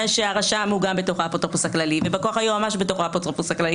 שהרשם ובא-הכוח היועמ"ש הם בתוך האפוטרופוס הכללי